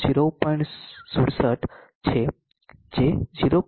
67 છે જે 0